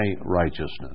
righteousness